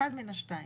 אחת מן השתיים,